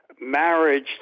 Marriage